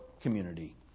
community